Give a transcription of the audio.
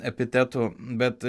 epitetų bet